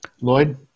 Lloyd